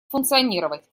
функционировать